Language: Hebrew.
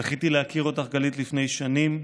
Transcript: זכיתי להכיר אותך, גלית, לפני שנים.